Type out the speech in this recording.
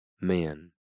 men